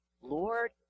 Lord